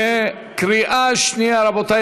רבותי,